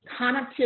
connectivity